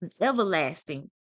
everlasting